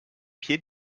pied